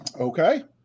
Okay